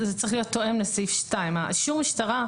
זה צריך להיות תואם לסעיף 2. אישור משטרה,